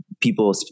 people